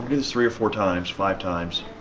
do this three or four times, five times.